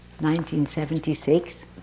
1976